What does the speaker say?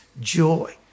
joy